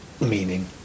meaning